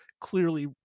clearly